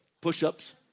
push-ups